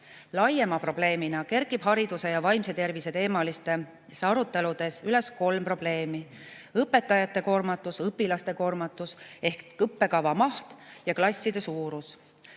Laiema probleemina kerkib hariduse ja vaimse tervise teemalistes aruteludes üles kolm probleemi: õpetajate koormatus, õpilaste koormatus ehk õppekava maht ja klasside suurus. Laste